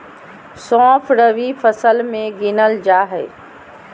सौंफ रबी फसल मे गिनल जा हय